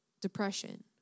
depression